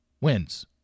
wins